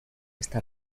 esta